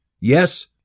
Yes